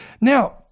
Now